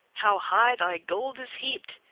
how high thy gold is heaped!